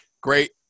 Great